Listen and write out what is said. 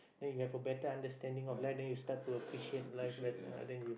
then you have a better understanding of life then you start to appreciate life bet~ then you